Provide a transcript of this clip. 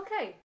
Okay